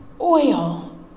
oil